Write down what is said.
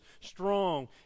strong